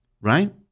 right